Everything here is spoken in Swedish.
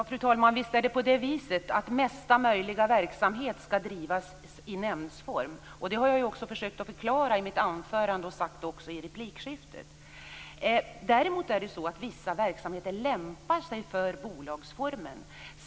Fru talman! Visst skall mesta möjliga verksamhet drivas i nämndsform. Det har jag försökt att förklara i mitt anförande och sagt också i replikskiftet. Däremot lämpar sig vissa verksamheter för bolagsformen.